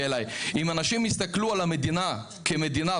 אם אנשים יסתכלו על המדינה כמדינה,